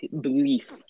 belief